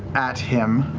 at him.